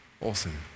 Awesome